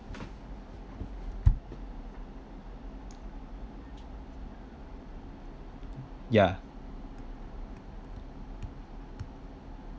yeah